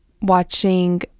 watching